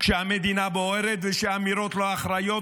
כשהמדינה בוערת וכשהאמירות לא אחראיות,